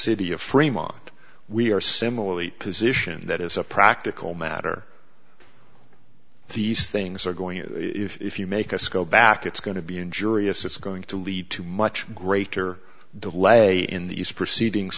city of freemont we are similarly position that as a practical matter these things are going to if you make us go back it's going to be injurious it's going to lead to much greater delay in these proceedings